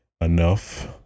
enough